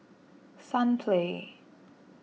Sunplay